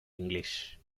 english